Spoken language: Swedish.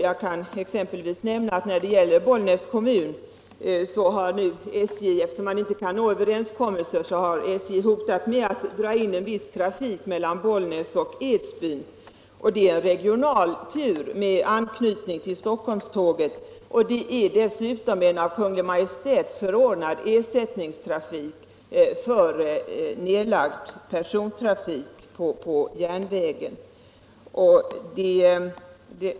Jag kan exempelvis nämna att i Bollnäs kommun har SJ, eftersom man inte kan nå en överenskommelse, hotat med att dra in viss trafik mellan Bollnäs och Edsbyn. Det är en regional tur med anknytning till Stockholmståget. Det är dessutom en av Kungl. Maj:t förordnad ersättningstrafik för nedlagd persontrafik på järnvägen.